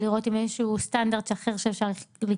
לראות אם אין איזשהו סטנדרט אחר שאפשר לקבוע,